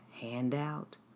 handout